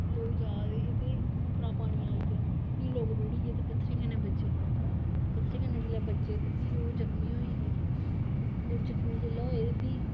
लोक जारदे हे ते उप्परा पानी आई गेआ किश लोक रुढ़ी गे ते पत्थरें कन्नै बझे पत्थरें कन्नै जिसले बज्झे ते फ्ही ओह् जख्मी होई गे जखमी जिसलै होए ते